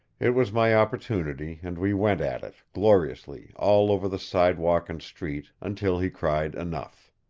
it was my opportunity, and we went at it, gloriously, all over the sidewalk and street, until he cried enough.